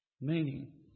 meaning